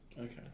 okay